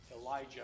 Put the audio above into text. Elijah